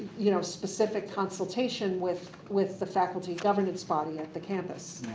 you know, specific consultation with with the faculty governance body at the campus.